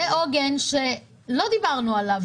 זה עוגן שלא דיברנו עליו.